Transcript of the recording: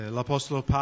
L'Apostolo